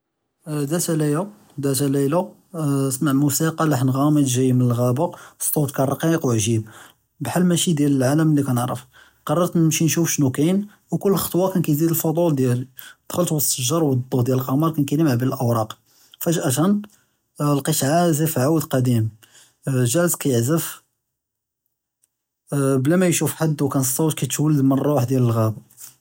זאת ליא זאת לילה שמעת מוסיקה לחן אנגם ג’איה מן אלגעהבה, א-סוט כאן רעיק ועג’יב בחאל מאשי דיאל אלעאלם אללי כאנערף. קררת נמשי נשוף אשנו כאין וכול קטעה כאן קאייזיד אלפדול דיאלי. דכלת וסט אלש׳ג’ר ואלד׳וא דיאל אלקמר כאן קאיילמע בין אלוואראק, פג’אה לאקית עאזף עווד קדים ג’אלס כאיה’צב בלאמא ישוף חד, וכאן א-סוט כאיתוליד מן אלרוח דיאל אלגעהבה.